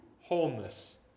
wholeness